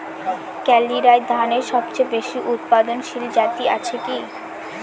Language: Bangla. কালিরাই ধানের সবচেয়ে বেশি উৎপাদনশীল জাত আছে কি?